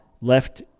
left